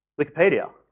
Wikipedia